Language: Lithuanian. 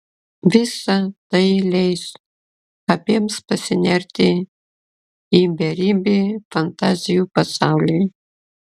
visa tai leis abiems pasinerti į beribį fantazijų pasaulį